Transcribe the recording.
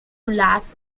last